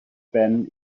ben